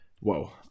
Whoa